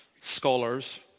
scholars